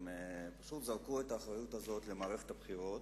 הם שוב זרקו את האחריות הזאת במערכת הבחירות